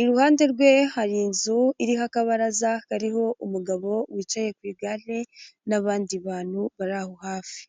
iruhande rwe hari inzu iriho akabaraza kariho umugabo wicaye ku igare n'abandi bantu bari aho hafi.